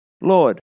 Lord